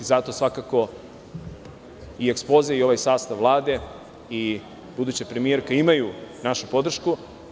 Zato svakako i ekspoze i ovaj sastav Vlade i buduća premijerka imaju našu podršku.